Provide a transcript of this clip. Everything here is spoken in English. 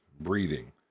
breathing